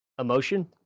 emotion